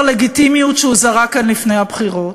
הלגיטימיות שהוא זרה כאן לפני הבחירות,